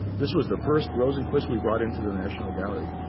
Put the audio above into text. this was the first rosenquist we brought into the national gallery.